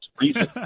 Reason